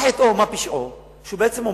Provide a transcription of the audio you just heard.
מה חטאו ומה פשעו שהוא בעצם אומר: